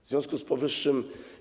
W związku z powyższym.